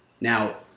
now